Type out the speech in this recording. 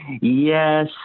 Yes